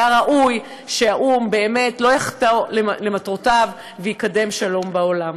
היה ראוי שהאו"ם לא יחטא למטרותיו ויקדם שלום בעולם.